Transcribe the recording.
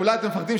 ואולי אתם מפחדים,